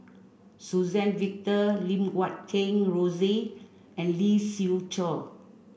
Suzann Victor Lim Guat Kheng Rosie and Lee Siew Choh